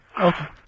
Okay